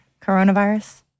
coronavirus